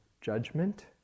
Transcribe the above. judgment